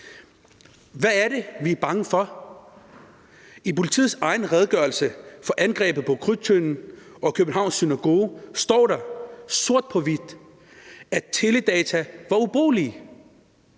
Hvad er det, vi er bange for? I politiets egen redegørelse for angrebet på Krudttønden og Københavns Synagoge står der sort på hvidt, at teledata var ubrugelige.